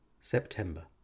September